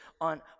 on